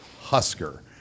HUSKER